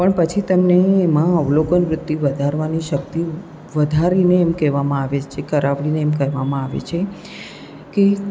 પણ પછી તમને એમાં અવલોકનવૃત્તિ વધારવાની શક્તિ વધારીને એમ કહેવામાં આવે છે જે કરાવીને કરવામાં આવે છે કે